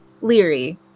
leery